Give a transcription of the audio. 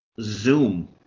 Zoom